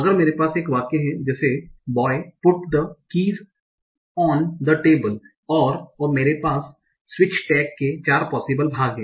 अगर मेरे पास एक वाक्य है जैसे boy put the keys on the table और मेरे पास स्पीच टेग के 4 पोसिबल भाग हैं